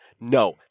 No